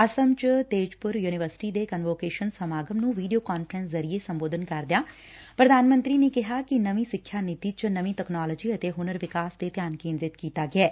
ਅਸਮ ਚ ਤੇਜ਼ਪੁਰ ਯੂਨੀਵਰਸਿਟੀ ਦੇ ਕੰਨਵੋਕੇਸ਼ਨ ਸਮਾਗਮ ਨੂੰ ਵੀਡੀਓ ਕਾਨਫਰੰਸਿਗ ਜ਼ਰੀਏ ਸੰਬੋਧਨ ਕਰਦਿਆਂ ਪ੍ਰਧਾਨ ਮੰਤਰੀ ਨੇ ਕਿਹਾ ਕਿ ਨਵੀ ਸਿੱਖਿਆ ਨੀਤੀ ਚ ਨਵੀ ਤਕਨਾਲੋਜੀ ਅਤੇ ਹੁਨਰ ਵਿਕਾਸ ਤੇ ਧਿਆਨ ਕੇਦਰਿਤ ਕੀਤਾ ਗਿਆ ਏ